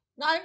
No